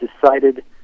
decided